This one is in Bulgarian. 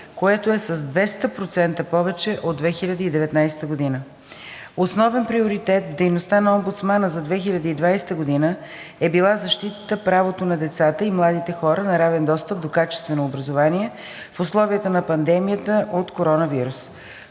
което е с 200 % повече от 2019 г. Основен приоритет в дейността на омбудсмана за 2020 г. е била защитата правото на децата и младите хора на равен достъп до качествено образование в условията на пандемията от коронавирус